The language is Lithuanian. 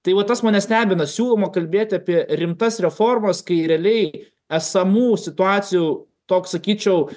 tai va tas mane stebina siūloma kalbėti apie rimtas reformas kai realiai esamų situacijų toks sakyčiau